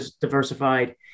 diversified